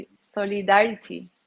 solidarity